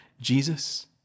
Jesus